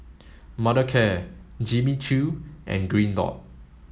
Mothercare Jimmy Choo and Green dot